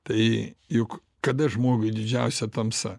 tai juk kada žmogui didžiausia tamsa